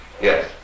Yes